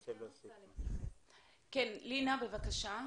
לינא, בבקשה.